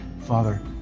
Father